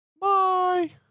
Bye